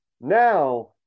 Now